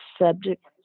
subject